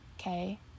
Okay